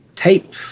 tape